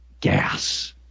gas